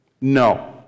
No